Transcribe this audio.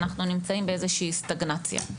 אנחנו נמצאים באיזושהי סטגנציה.